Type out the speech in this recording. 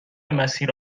مسیر